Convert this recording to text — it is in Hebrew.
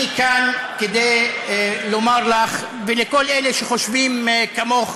ואני כאן כדי לומר לך ולכל אלה שחושבים כמוך,